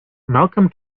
malcolm